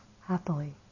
happily